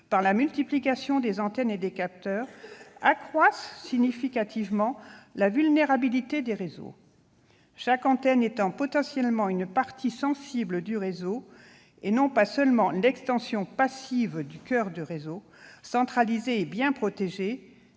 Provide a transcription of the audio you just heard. par la multiplication des antennes et des capteurs, accroissent significativement la vulnérabilité des réseaux. Chaque antenne constitue potentiellement une partie sensible du réseau et n'est pas seulement l'extension passive du coeur de réseau, centralisé et bien protégé,